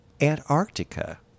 Antarctica